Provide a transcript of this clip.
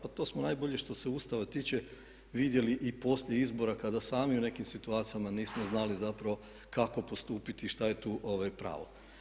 Pa to smo najbolje što se Ustava tiče vidjeli i poslije izbora kada sami u nekim situacijama nismo znali zapravo kako postupiti, šta je tu pravo.